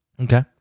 Okay